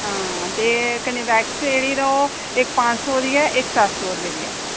आं ते कन्नै वैक्स जेह्ड़ी तां ओह् इक्क पंज सौ दी ऐ ते इक्क सत्त सौ दी ऐ